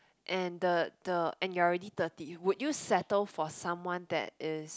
and the the and you're already thirty would you settle for someone that is